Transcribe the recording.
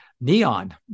neon